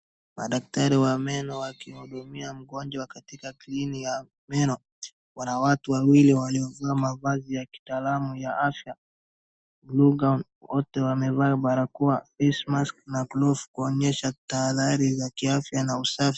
Madakatari wa meno wakihudumia mgonjwa katika kliniki ya meno. Wanawatu wawili waliovaa mavazi ya kitaalamu ya afya. Mrunga wote wamevaa barakoa facemask na glove kuonyesha tahadhari za kiafya na usafi .